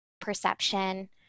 perception